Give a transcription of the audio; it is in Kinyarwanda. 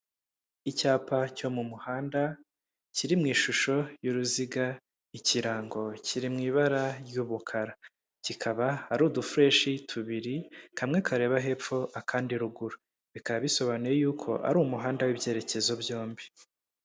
Icyapa cyo mu muhanda kiri mu ishusho y'uruziga, ikirango kiri mu ibara ry'umukara, kikaba ari udufureshi tubiri kamwe kareba hepfo akandi ruguru, bikaba bisobanuye yuko ari umuhanda w'ibyerekezo byombi.